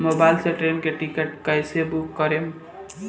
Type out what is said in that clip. Mobile से train के ticket कैसे बूक करेम?